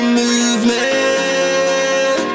movement